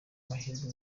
amahirwe